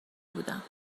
بودم